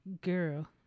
girl